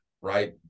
Right